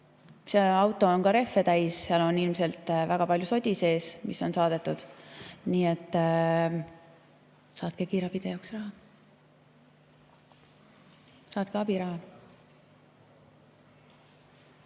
See auto on ka rehve täis, seal on ilmselt väga palju sodi sees, mis on saadetud. Nii et saatke kiirabiautode jaoks raha. Saatke abiraha.